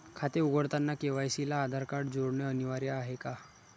खाते उघडताना के.वाय.सी ला आधार कार्ड जोडणे अनिवार्य आहे का?